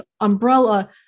umbrella